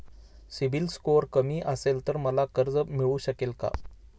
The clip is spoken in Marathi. सिबिल स्कोअर कमी असेल तर मला कर्ज मिळू शकेल का?